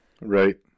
Right